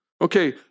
Okay